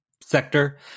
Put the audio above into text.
Sector